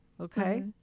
Okay